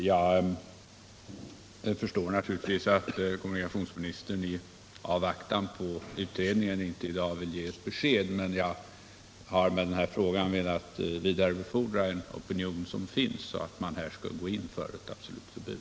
Jag förstår naturligtvis att kommunikationsministern i avvaktan på utredningens resultat inte i dag vill ge ett besked, men jag har med den här frågan velat vidarebefordra en opinion som finns om att man här skall gå in med ett absolut förbud.